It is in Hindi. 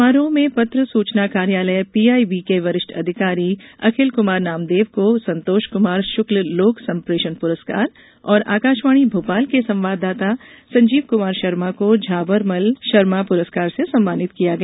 समारोह में पत्र सूचना कार्यालय पीआईबी के वरिष्ठ अधिकारी अखिल कुमार नामदेव को संतोष कुमार शुक्ल लोक संप्रेषण पुरस्कार और आकाशवाणी भोपाल के संवाददाता संजीव कुमार शर्मा को झाबरमल शर्मा पुरस्कार से सम्मानित किया गया